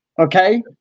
Okay